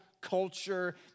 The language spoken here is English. culture